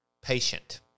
Patient